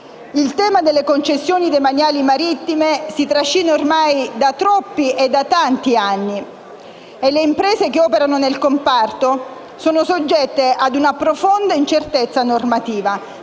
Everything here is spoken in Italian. il tema delle concessioni demaniali marittime si trascina ormai da troppi anni e le imprese che operano nel comparto sono soggette ad una profonda incertezza normativa.